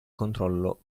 controllo